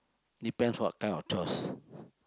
depends what kind of chores